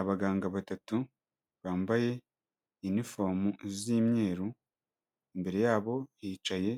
Abaganga batatu bambaye inifomu z'imyeru, imbere yabo hicaye